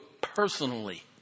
personally